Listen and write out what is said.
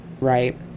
right